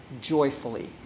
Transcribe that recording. joyfully